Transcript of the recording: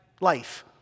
life